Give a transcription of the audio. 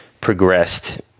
progressed